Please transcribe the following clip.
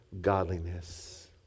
godliness